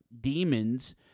demons